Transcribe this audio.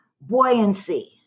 Buoyancy